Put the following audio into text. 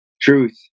Truth